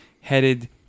headed